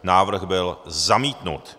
Návrh byl zamítnut.